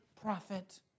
prophet